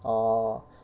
oh